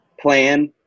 plan